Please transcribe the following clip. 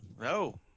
No